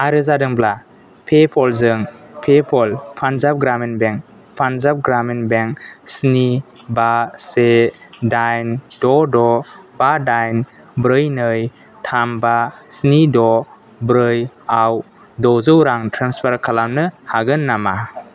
आरो जादोंब्ला पेपलजों people Punjab Gramin bank Punjab Gramin bank स्नि बा से दाइन द' द' बा दाइन ब्रै नै थाम बा स्नि द' ब्रैआव द'जौ रां ट्रेन्सफार खालामनो हागोन नामा